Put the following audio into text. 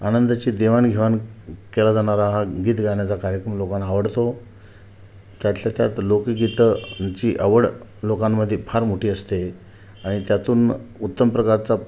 आनंदाची देवाणघेवाण केला जाणारा हा गीत गायनाचा कार्यक्रम लोकांना आवडतो त्यातल्या त्यात लोकगीतं यांची आवड लोकांमध्ये फार मोठी असते आणि त्यातून उत्तम प्रकारचा